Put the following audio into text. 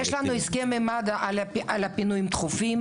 יש לנו הסכם עם מד"א על פינויים דחופים,